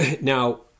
now